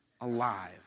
alive